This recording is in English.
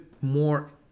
more